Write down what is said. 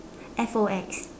F O X